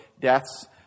deaths